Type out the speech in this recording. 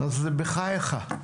אז בחייך.